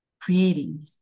creating